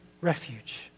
refuge